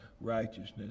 Righteousness